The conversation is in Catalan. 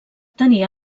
tenia